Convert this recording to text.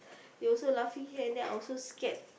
they also laughing here and there I also scared